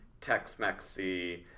Tex-Mexy